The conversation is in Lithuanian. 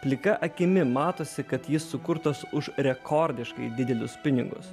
plika akimi matosi kad jis sukurtas už rekordiškai didelius pinigus